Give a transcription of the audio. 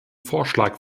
vorschlag